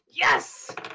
Yes